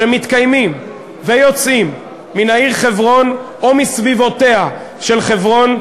שמתקיימים ויוצאים מן העיר חברון או מסביבותיה של חברון,